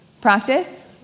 Practice